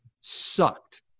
sucked